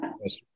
Yes